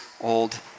old